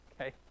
Okay